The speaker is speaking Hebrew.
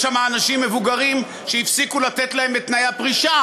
יש שם אנשים מבוגרים שהפסיקו לתת להם את תנאי הפרישה,